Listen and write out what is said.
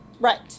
Right